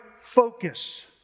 focus